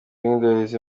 nk’indorerezi